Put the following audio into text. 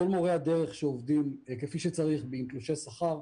כל מורי הדרך שעובדים כפי שצריך, עם תלושי שכר,